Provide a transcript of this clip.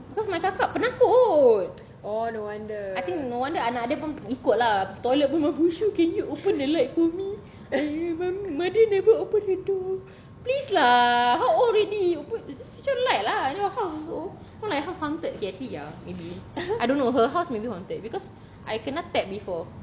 because my kakak penakut I think no wonder anak dia pun ikut lah pergi toilet pun bushu can you open the light for me mother never open the door please lah how old already you put switch on the light lah your house also it's not like house haunted okay actually ya maybe I don't know also her house maybe haunted because I kena tap before